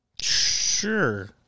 Sure